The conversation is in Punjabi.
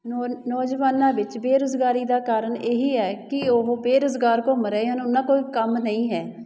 ਨੌ ਨੌਜਵਾਨਾਂ ਵਿੱਚ ਬੇਰੁਜ਼ਗਾਰੀ ਦਾ ਕਾਰਨ ਇਹੀ ਹੈ ਕਿ ਉਹ ਬੇਰੁਜ਼ਗਾਰ ਘੁੰਮ ਰਹੇ ਹਨ ਉਹਨਾਂ ਕੋਲ ਕੰਮ ਨਹੀਂ ਹੈ